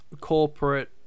corporate